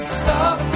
stop